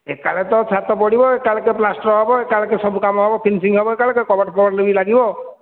ଏକାବେଳେ ତ ଛାତ ପଡ଼ିବ ଏକାବେଳକେ ପ୍ଳାଷ୍ଟର୍ ହେବ ଏକାବେଳକେ ସବୁକାମ ହେବ ଫିନିସିଙ୍ଗ୍ ହେବ ଏକାବେଳକେ କବାଟ ଫବାଟ ଲାଗିବ